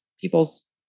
people's